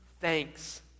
thanks